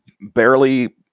barely